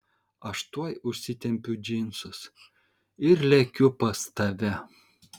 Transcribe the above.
aš tuoj užsitempiu džinsus ir lekiu pas tave